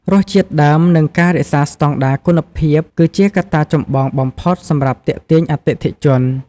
រសជាតិដើម និងការរក្សាស្តង់ដារគុណភាពគឺជាកត្តាចម្បងបំផុតសម្រាប់ទាក់ទាញអតិថិជន។